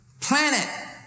Planet